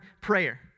prayer